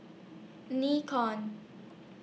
Nikon